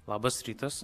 labas rytas